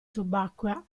subacquea